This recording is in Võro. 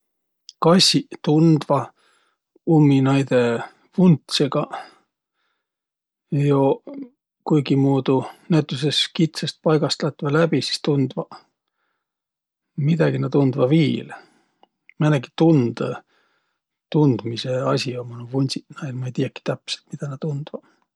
Kassiq tundvaq ummi naidõ vuntsõgaq jo kuigimuudu, näütüses kitsast paigast lätvaq läbi, sis tundvaq. Midägi nä tundvaq viil. Määnegi tundõ, tundmisõ asi ummaq näil nuuq vundsiq, ma ei tiiäki täpselt, midä nä tundvaq.